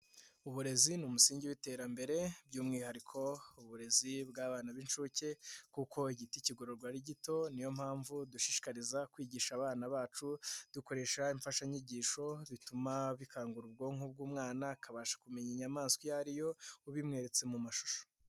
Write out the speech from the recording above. Uburezi ni umusingi w'iterambere by'umwihariko uburezi bw'abana b'inshuke kuko igiti kigororwa ari gito, niyo mpamvu dushishikariza kwigisha abana bacu, dukoresha imfashanyigisho bituma bikangura ubwonko bw'umwana, akabasha kumenya inyamaswa iyo ari yo, ubimweretse mu mashusho.